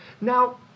Now